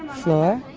floor.